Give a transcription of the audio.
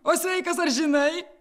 o sveikas ar žinai